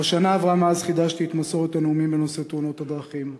כבר שנה עברה מאז חידשתי את מסורת הנאומים בנושא תאונות דרכים.